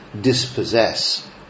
dispossess